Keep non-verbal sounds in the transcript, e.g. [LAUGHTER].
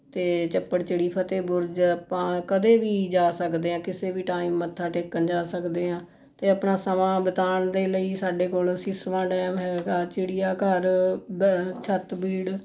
ਅਤੇ ਚੱਪੜ ਚਿੜੀ ਫਤਿਹ ਬੁਰਜ ਆਪਾਂ ਕਦੇ ਵੀ ਜਾ ਸਕਦੇ ਹਾਂ ਕਿਸੇ ਵੀ ਟਾਈਮ ਮੱਥਾ ਟੇਕਣ ਜਾ ਸਕਦੇ ਹਾਂ ਅਤੇ ਆਪਣਾ ਸਮਾਂ ਬਿਤਾਉਣ ਦੇ ਲਈ ਸਾਡੇ ਕੋਲ ਸਿਸਵਾਂ ਡੈਮ ਹੈਗਾ ਚਿੜੀਆਂ ਘਰ [UNINTELLIGIBLE] ਛੱਤਬੀੜ